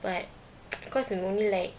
but cause they only like